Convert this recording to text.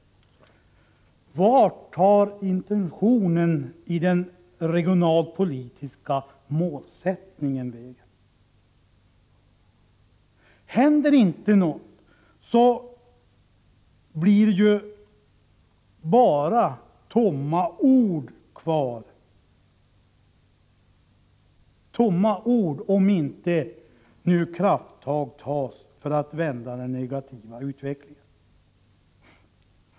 Vart tar intentionen i den regionalpolitiska målsättningen vägen? Kvar blir ju bara tomma ord, om nu inte krafttag tas för att vända den negativa utvecklingen.